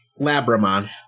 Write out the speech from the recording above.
Labramon